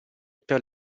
per